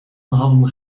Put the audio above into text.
hadden